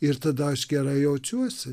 ir tada aš gerai jaučiuosi